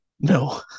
No